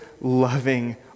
loving